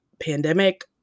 pandemic